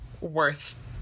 worth